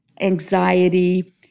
anxiety